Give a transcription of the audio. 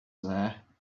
there